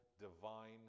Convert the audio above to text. divine